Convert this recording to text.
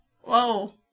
Whoa